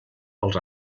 als